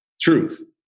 truth